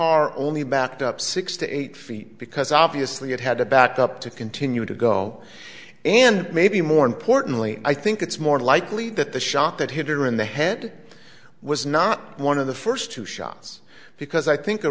car only backed up six to eight feet because obviously it had to back up to continue to go and maybe more importantly i think it's more likely that the shot that hit her in the head was not one of the first two shots because i think a